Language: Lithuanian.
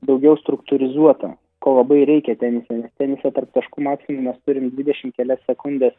daugiau struktūrizuotą ko labai reikia tenise nes tenise tarp taškų maksimum mes turime dvidešimt kelias sekundes